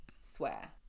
swear